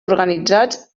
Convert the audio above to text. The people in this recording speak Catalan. organitzats